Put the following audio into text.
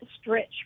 stretch